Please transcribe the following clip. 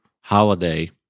holiday